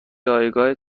جایگاه